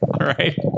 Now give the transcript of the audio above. right